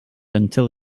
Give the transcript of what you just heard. until